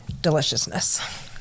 deliciousness